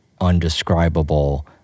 undescribable